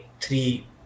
three